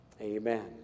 amen